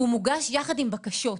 והוא מוגש יחד עם בקשות.